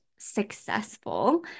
successful